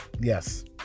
Yes